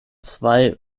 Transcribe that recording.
zwei